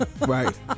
Right